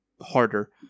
harder